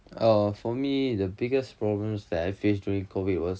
uh for me the biggest problems that I faced during COVID was